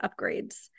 upgrades